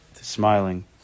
smiling